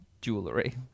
jewelry